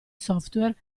software